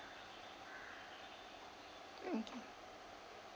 okay